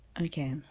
Okay